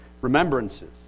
remembrances